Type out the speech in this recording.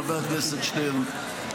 חבר הכנסת שטרן,